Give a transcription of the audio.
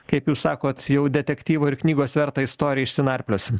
kaip jūs sakot jau detektyvo ir knygos vertą istoriją išsinarpliosim